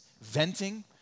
venting